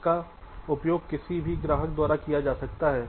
इनका उपयोग किसी भी ग्राहक द्वारा किया जा सकता है